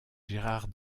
gérard